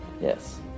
Yes